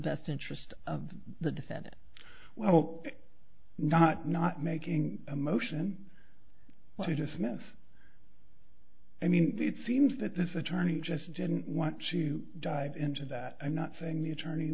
best interest of the defendant well not not making a motion when you dismiss i mean it seems that this attorney just didn't want to dive into that i'm not saying the attorney